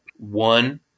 One